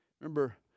Remember